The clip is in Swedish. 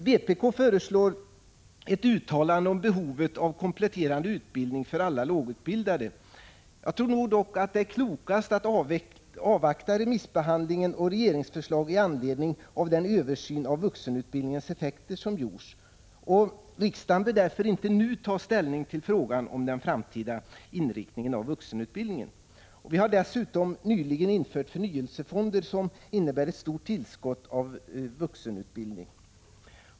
Vpk föreslår ett uttalande om behovet av kompletterande utbildning för alla lågutbildade. Jag tror dock att det är klokast att avvakta remissbehandlingen av regeringens förslag i anledning av den översyn av vuxenutbildningens effekter som har gjorts. Riksdagen bör därför inte nu ta ställning till frågan om den framtida inriktningen av vuxenutbildningen. Dessutom har nyligen införts förnyelsefonder, som innebär ett stort tillskott av vuxenutbildning.